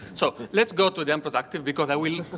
so let's go to the unproductive because i will,